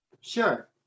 sure